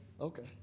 Okay